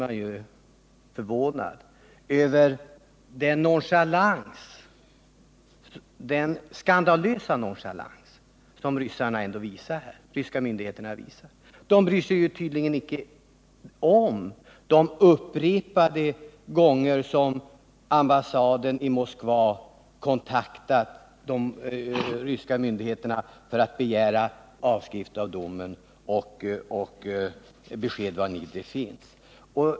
Man blir förvånad över den skandalösa nonchalans som ryska myndigheter visar. De bryr sig tydligen inte om att svenska ambassaden i Moskva gjort förfrågningar.